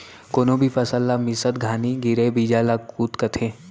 कोनो भी फसल ला मिसत घानी गिरे बीजा ल कुत कथें